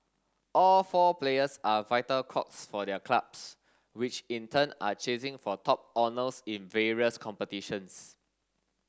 all four players are vital cogs for their clubs which in turn are chasing for top honours in various competitions